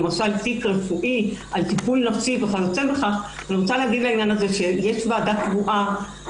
למשל תיק רפואי על טיפול נפשי וכיוצא בכך יש ועדה קבועה